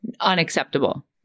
unacceptable